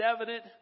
evident